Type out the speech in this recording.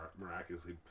miraculously